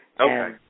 Okay